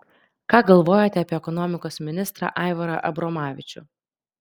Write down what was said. ką galvojate apie ekonomikos ministrą aivarą abromavičių